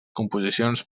composicions